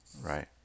right